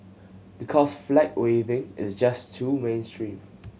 because flag waving is just too mainstream